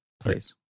Please